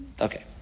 Okay